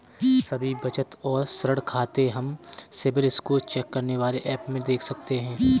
सभी बचत और ऋण खाते हम सिबिल स्कोर चेक करने वाले एप में देख सकते है